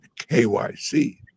KYC